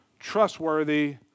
trustworthy